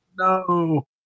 No